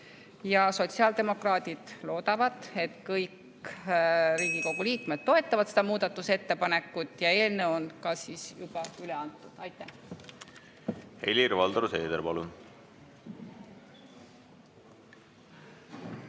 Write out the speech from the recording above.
Sotsiaaldemokraadid loodavad, et kõik Riigikogu liikmed toetavad seda muudatusettepanekut. Eelnõu on ka juba üle antud. Aitäh! Helir-Valdor Seeder, palun!